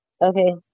okay